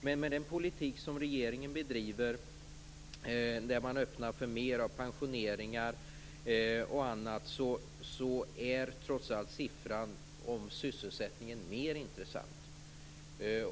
Men med den politik som regeringen bedriver, där man öppnar för mer pensioneringar och annat, är trots allt siffran som gäller sysselsättningen mer intressant.